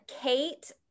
Kate